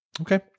Okay